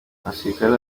abasirikare